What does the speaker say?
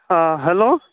ہاں ہیٚلو